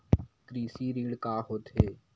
कृषि ऋण का होथे?